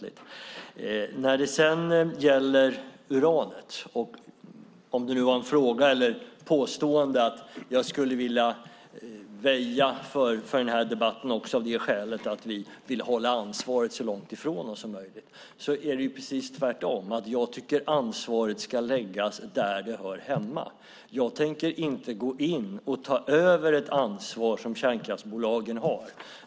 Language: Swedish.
Om det nu var en fråga eller ett påstående vet jag inte, men Per Bolund menade att jag skulle vilja väja för debatten av det skälet att vi vill hålla ansvaret så långt ifrån som möjligt. Det är precis tvärtom. Jag tycker att ansvaret ska läggas där det hör hemma. Jag tänker inte gå in och ta över ett ansvar som kärnkraftsbolagen har.